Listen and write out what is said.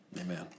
Amen